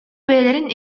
бэйэлэрин